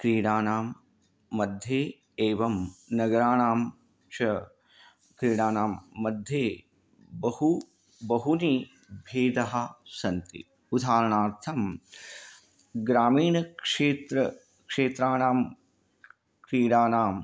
क्रीडानां मध्ये एवं नगराणां च क्रीडानां मध्ये बहु बहवः भेदाः सन्ति उदाहरणार्थं ग्रामीणक्षेत्राणां क्षेत्राणां क्रीडानां